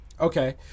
Okay